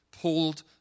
pulled